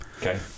Okay